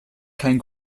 kein